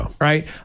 right